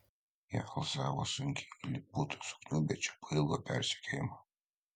jie alsavo sunkiai lyg būtų sukniubę čia po ilgo persekiojimo